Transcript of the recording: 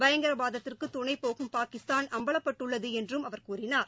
பயங்கரவாதத்திற்கு துணை போகும் பாகிஸ்தான் அம்பலப்பட்டுள்ளது என்றும் அவர் கூறினார்